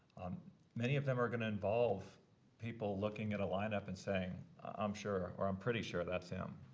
many of them are going to involve people looking at a lineup and saying i'm sure, or i'm pretty sure, that's them.